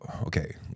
okay